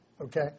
okay